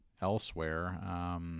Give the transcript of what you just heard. elsewhere